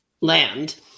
land